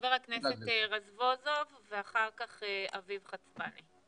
חבר הכנסת רזבוזוב ואחר כך אביב חצבני.